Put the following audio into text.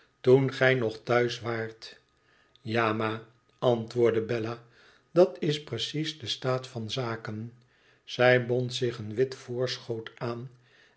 toen gij nog thuis waart ja ma antwoordde bella dat is precies de staat van zaken zij bond zich een wit voorschoot aan